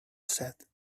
said